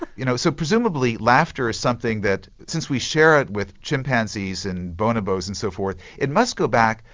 you know so presumably laughter is something that since we share it with chimpanzees and bonobos and so forth, it must go back,